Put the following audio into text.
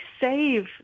save